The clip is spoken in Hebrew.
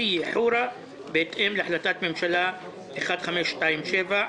לקיה וחורה בהתאם להחלטת ממשלה מס' 1527,